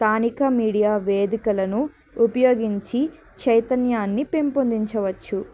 స్థానిక మీడియా వేదికలను ఉపయోగించి చైతన్యాన్ని పెంపొందించవచ్చు